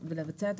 אנחנו נצליח.